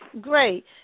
great